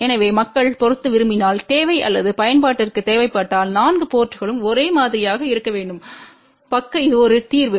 எனவே மக்கள் பொறுத்து விரும்பினால் தேவை அல்லது பயன்பாட்டிற்கு தேவைப்பட்டால் 4 போர்ட்ங்களும் ஒரே மாதிரியாக இருக்க வேண்டும் பக்க இது ஒரு தீர்வு